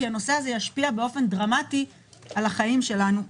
כי הנושא הזה ישפיע באופן דרמטי על החיים שלנו כאן.